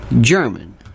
German